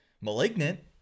Malignant